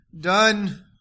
done